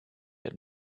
had